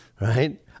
Right